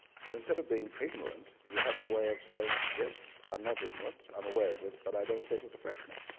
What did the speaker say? so instead of being ignorant, you have a way of saying yes, i'm not ignorant, i'm aware of it but i don't let it affect me.